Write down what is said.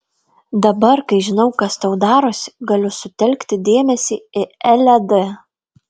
dabar kai žinau kas tau darosi galiu sutelkti dėmesį į elę d